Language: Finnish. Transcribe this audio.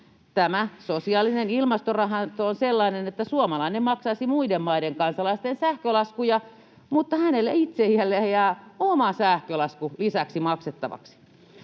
Tämä sosiaalinen ilmastorahasto on sellainen, että suomalainen maksaisi muiden maiden kansalaisten sähkölaskuja, mutta hänelle itselleenhän jää oma sähkölasku lisäksi maksettavaksi.